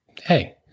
Hey